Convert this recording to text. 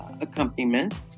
accompaniment